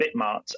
bitmart